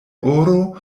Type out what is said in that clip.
oro